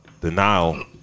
denial